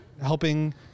helping